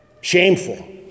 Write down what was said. shameful